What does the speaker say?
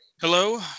Hello